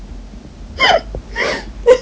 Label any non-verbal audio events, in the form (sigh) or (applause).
(laughs)